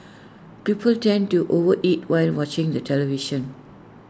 people tend to overeat while watching the television